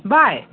ꯚꯥꯏ